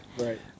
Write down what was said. Right